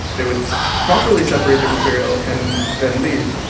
they would properly separate their material and then leave.